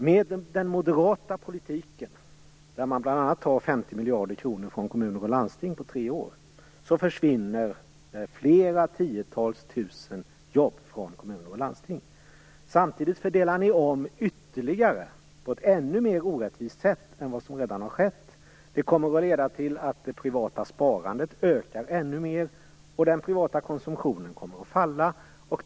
Med den moderata politiken, där man bl.a. tar 50 miljarder kronor från kommuner och landsting på tre år, försvinner flera tiotals tusen jobb från kommuner och landsting. Samtidigt fördelar Moderaterna om ytterligare, och på ett ännu mer orättvist sätt än vad som redan har skett. Detta kommer att leda till att det privata sparandet ökar ännu mer, och till att den privata konsumtionen kommer att falla.